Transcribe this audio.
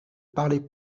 parlez